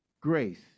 grace